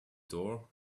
door